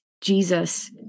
Jesus